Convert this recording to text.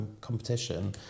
competition